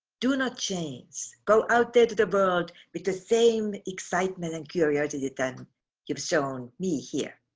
do not change. go out there to the world with the same excitement and curiosity that you've shown me here.